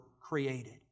created